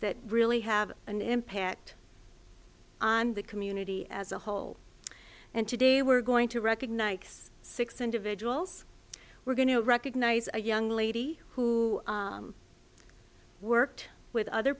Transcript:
that really have an impact on the community as a whole and today we're going to recognize six individuals we're going to recognize a young lady who worked with other